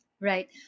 Right